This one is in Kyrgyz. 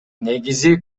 негизи